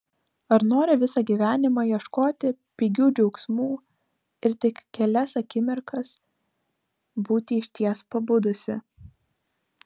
ar nori visą gyvenimą ieškoti pigių džiaugsmų ir tik kelias akimirkas būti išties pabudusi